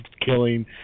killing